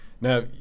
Now